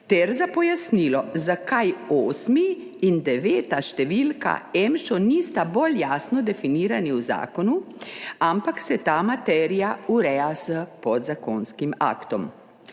ter za pojasnilo, zakaj osma in deveta številka EMŠA nista bolj jasno definirani v zakonu, ampak se ta materija ureja s podzakonskim aktom.